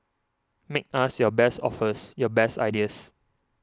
make us your best offers your best ideas